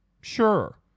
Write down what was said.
sure